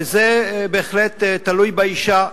וזה בהחלט תלוי באשה.